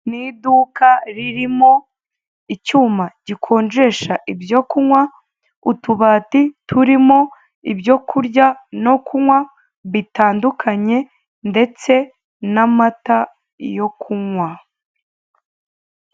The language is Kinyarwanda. Ni iduka ririmo icyuma gikonjesha ibyo kunywa utubati turimo ibyo kurya no kunywa bitandukanye ndetse n'amata yo kunywa.